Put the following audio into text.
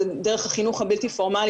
זה דרך החינוך הבלתי פורמלי.